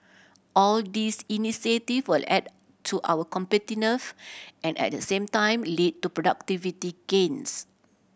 all these initiative will add to our competitiveness and at the same time lead to productivity gains